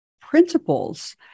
principles